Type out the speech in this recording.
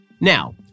Now